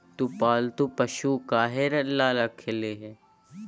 तु पालतू पशु काहे ला रखिली हें